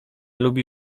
lubi